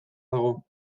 dago